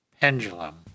pendulum